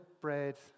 bread